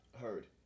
Heard